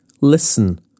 listen